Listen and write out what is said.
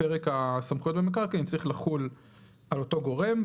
הסמכויות במקרקעין צריך לחול על אותו גורם,